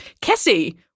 Kessie